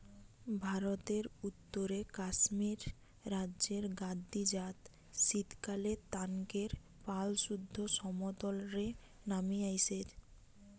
ভারতের উত্তরে কাশ্মীর রাজ্যের গাদ্দি জাত শীতকালএ তানকের পাল সুদ্ধ সমতল রে নামি আইসে